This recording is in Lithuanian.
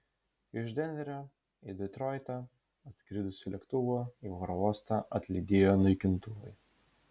iš denverio į detroitą atskridusį lėktuvą į oro uostą atlydėjo naikintuvai